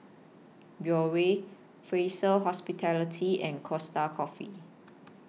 Biore Fraser Hospitality and Costa Coffee